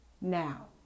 Now